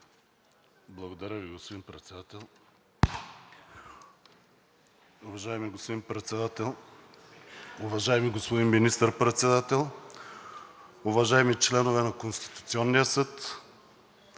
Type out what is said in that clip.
Благодаря Ви, господин Председател. Уважаеми господин Председател, уважаеми господин Министър-председател, уважаеми членове на Конституционния съд,